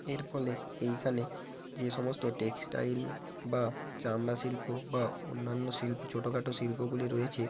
এর ফলে এইখানে যে সমস্ত টেক্সটাইল বা চামড়া শিল্প বা অন্যান্য শিল্প ছোটখাটো শিল্পগুলি রয়েছে